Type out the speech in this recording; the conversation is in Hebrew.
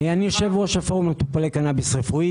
אני יושב-ראש הפורום למטופלי קנאביס רפואי